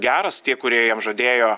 geras tie kurie jiem žadėjo